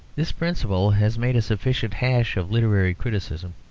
this principle has made a sufficient hash of literary criticism,